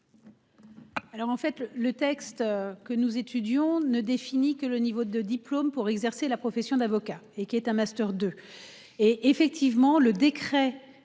Alors en fait le le texte que nous étudions ne défini que le niveau de diplôme pour exercer la profession d'avocat et qui est un master 2. Et effectivement le décret